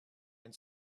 and